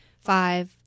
five